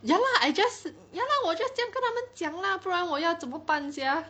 ya lah I just ya lah 我 just 这样跟他们讲 lah 不然我要怎么办 sia